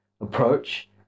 approach